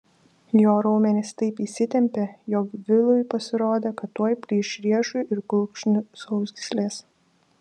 jo raumenys taip įsitempė jog vilui pasirodė kad tuoj plyš riešų ir kulkšnių sausgyslės